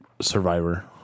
Survivor